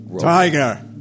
tiger